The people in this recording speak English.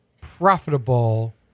profitable